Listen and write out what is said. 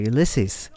Ulysses